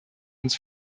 uns